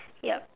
yup